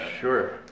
sure